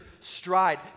stride